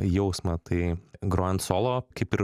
jausmą tai grojant solo kaip ir